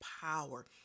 power